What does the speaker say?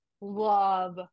love